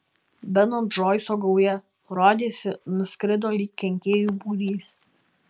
beno džoiso gauja rodėsi nuskrido lyg kenkėjų būrys